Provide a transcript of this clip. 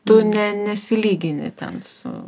tu ne nesilygini ten su